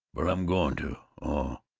but i'm going to oh,